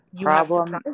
Problem